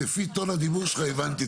לפי טון הדיבור שלך הבנתי,